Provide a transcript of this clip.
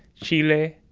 chile,